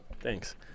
Thanks